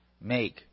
make